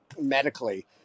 medically